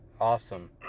Awesome